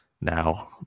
now